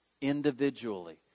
Individually